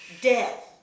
death